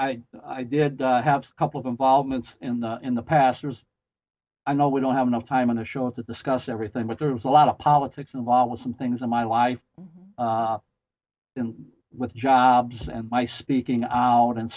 i i did have a couple of involvements in the in the past was i know we don't have enough time in the show to discuss everything but there is a lot of politics involved some things in my life in with jobs and my speaking out and